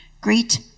Greet